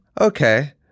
okay